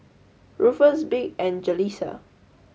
Ruffus Vic and Jaleesa